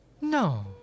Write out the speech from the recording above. No